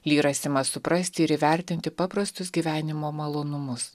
lyras ima suprasti ir įvertinti paprastus gyvenimo malonumus